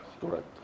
correct